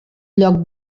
lloc